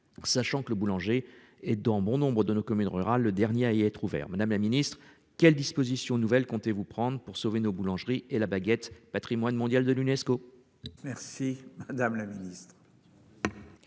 Sachant que le boulanger et dans bon nombre de nos communes rurales, le dernier à être ouvert. Madame la Ministre quelles dispositions nouvelles comptez-vous prendre pour sauver nos boulangeries et la baguette Patrimoine mondial de l'UNESCO. Merci madame la ministre.